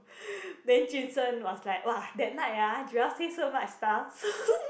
then jun sheng was like !wah! that night <[ah] Joel say so much stuff